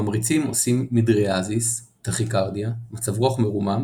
ממריצים עושים מידריאזיס, טכיקרדיה, מצב רוח מרומם